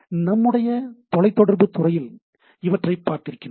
நம்முடைய தொலைத்தொடர்பு துறையில் இவற்றை பார்த்திருக்கின்றோம்